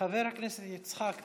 חבר הכנסת יצחק פינדרוס,